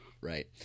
Right